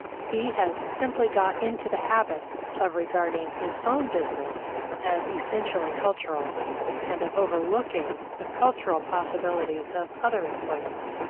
he has simply got into the habit of regarding his own business as essentially cultural and of overlooking the cultural possibilities of other employments.